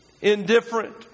indifferent